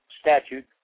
statute